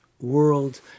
world